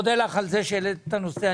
תודה רבה על שהעלית את הנושא.